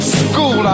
school